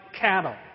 cattle